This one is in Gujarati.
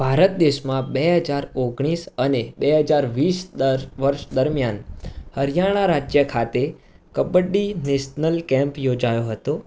ભારત દેશમાં બે હજાર ઓગણીસ અને બે હજાર વીસ વર્ષ દર દરમિયાન હરિયાણા રાજ્ય ખાતે કબડ્ડી નેશનલ કેમ્પ યોજાયો હતો